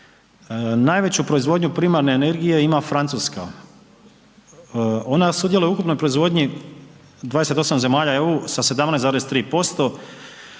najveću proizvodnju primarne energije ima Francuska, ona sudjeluje u ukupnoj proizvodnji 28 zemalja EU sa 17,3%,